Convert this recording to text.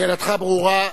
שאלתך ברורה.